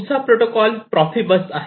पुढचा protocol Profibus आहे